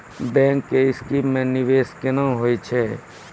Bank के scheme मे निवेश केना होय छै?